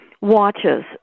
Watches